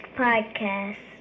podcast